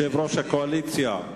יושב-ראש הקואליציה,